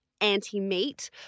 anti-meat